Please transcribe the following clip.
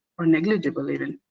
or negligible even.